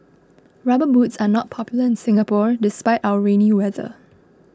rubber boots are not popular in Singapore despite our rainy weather